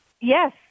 Yes